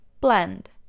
Blend